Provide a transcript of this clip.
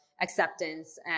acceptance